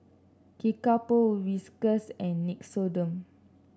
Kickapoo Whiskas and Nixoderm